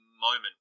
moment